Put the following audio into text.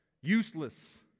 Useless